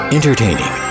Entertaining